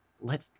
Let